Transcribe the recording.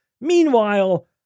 Meanwhile